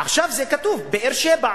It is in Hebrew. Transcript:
עכשיו זה כתוב "באר-שבע".